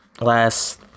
last